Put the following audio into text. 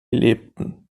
lebten